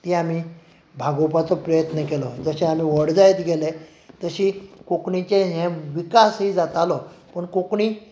ती आमी भागोवपाचो प्रयत्न केलो जशे आमी व्हड जायत गेले तशी कोंकणीचें हें विकास ही जातालो पूण कोंकणी